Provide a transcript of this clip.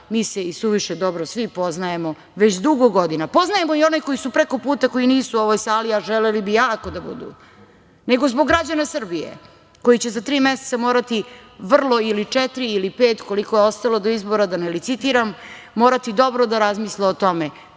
mi se isuviše dobro svi poznajemo već dugo godina, poznajemo i one koji su prekoputa, koji nisu u ovoj sali, a želeli bi jako da budu, nego zbog građana Srbije koji će za tri meseca morati vrlo, ili četiri ili pet, koliko je ostalo do izbora, da ne licitiram, morati dobro da razmisle o tome